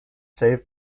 saved